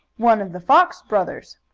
one of the fox brothers!